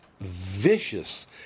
vicious